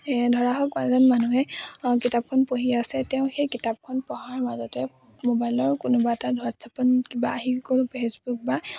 ধৰা হওক এজন মানুহে কিতাপখন পঢ়ি আছে তেওঁ সেই কিতাপখন পঢ়াৰ মাজতে মোবাইলৰ কোনোবা এটা হোৱাটছআপত কিবা আহি গ'ল ফেচবুক বা